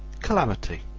calamity,